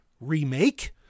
remake